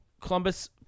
Columbus